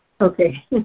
Okay